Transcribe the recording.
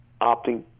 opting